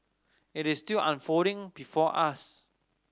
it is still unfolding before us